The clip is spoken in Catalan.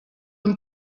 amb